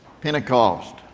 Pentecost